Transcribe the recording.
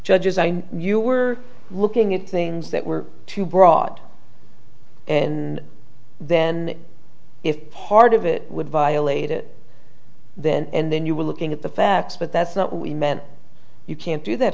judges and you were looking at things that were too broad and then if part of it would violate it then and then you were looking at the facts but that's not what we meant you can't do that